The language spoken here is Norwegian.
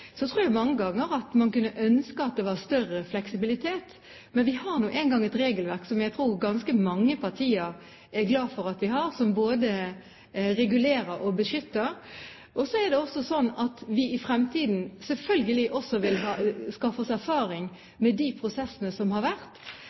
Så tror jeg mange ganger at man kunne ønske at det var større fleksibilitet. Men vi har nå engang et regelverk, som jeg tror ganske mange partier er glad for at vi har, som både regulerer og beskytter. Så vil vi i fremtiden selvfølgelig også skaffe oss erfaring med de prosessene som har vært.